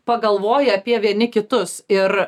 pagalvoja apie vieni kitus ir